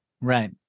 right